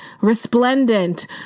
resplendent